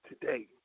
today